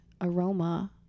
aroma